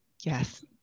Yes